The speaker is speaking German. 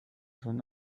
schon